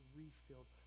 refilled